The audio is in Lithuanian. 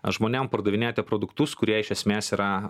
žmonėm pardavinėjate produktus kurie iš esmės yra